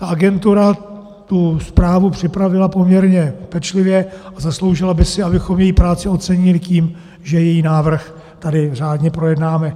Agentura tu zprávu připravila poměrně pečlivě a zasloužila by si, abychom její práci ocenili tím, že její návrh tady řádně projednáme.